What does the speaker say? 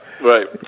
right